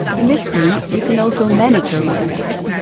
in this screen, you can also manage your redirects.